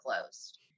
closed